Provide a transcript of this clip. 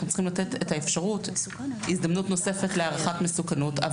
אנחנו צריכים לתת את האפשרות הזדמנות נוספת להערכת מסוכנות,